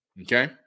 okay